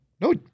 No